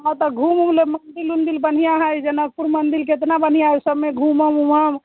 हँ तऽ घूम ओम लेम मन्दिर बढ़िआँ हय जनकपुर मन्दिर केतना बढ़िआँ हय ओहि सभमे घुमब ओमब